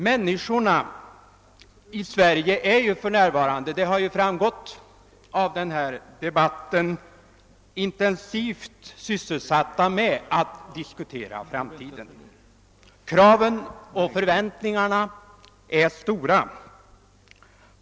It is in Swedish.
Människorna i Sverige är för närvarande — det har framgått av denna debatt — intensivt sysselsatta med att diskutera framtiden. Kraven och förväntningarna är stora.